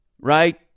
Right